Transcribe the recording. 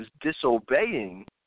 disobeying